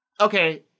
okay